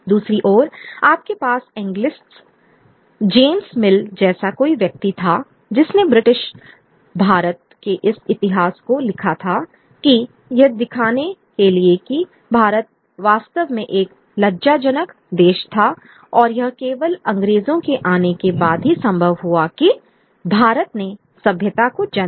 दूसरी ओर आपके पास एंग्लिसिस्ट जेम्स मिल जैसा कोई व्यक्ति था जिसने ब्रिटिश भारत के इस इतिहास को लिखा था कि यह दिखाने के लिए कि भारत वास्तव में एक लज्जाजनक देश था और यह केवल अंग्रेजों के आने के बाद ही संभव हुआ कि भारत ने सभ्यता को जन्म दिया